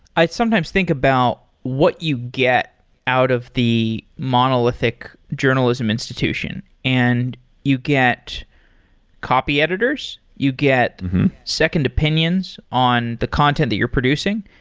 i'd sometimes think about what you get out of the monolithic journalism institution, and you get copy editors. you get second opinions on the content that you're producing.